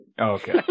okay